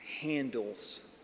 handles